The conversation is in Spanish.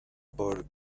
por